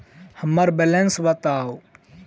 हम्मर बैलेंस बताऊ